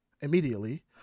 immediately